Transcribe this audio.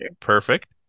Perfect